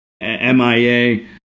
MIA